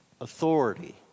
Authority